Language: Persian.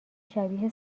شبیه